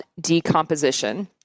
decomposition